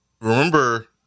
remember